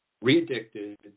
re-addicted